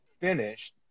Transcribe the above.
finished